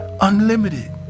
unlimited